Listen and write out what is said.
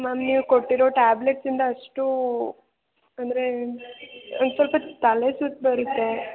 ma'am ನೀವು ಕೊಟ್ಟಿರೋ ಟ್ಯಾಬ್ಲೆಟ್ಸಿಂದ ಅಷ್ಟು ಅಂದರೆ ಒಂದು ಸ್ವಲ್ಪ ತಲೆ ಸುತ್ತು ಬರುತ್ತೆ